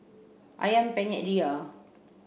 Ayam Penyet Ria